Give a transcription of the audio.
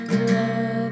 Love